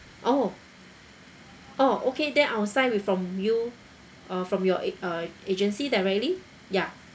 oh orh okay then I will sign with from you uh from your ag~ uh agency directly ya